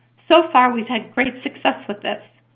so far we've had great success with this.